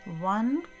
one